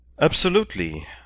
Absolutely